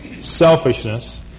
selfishness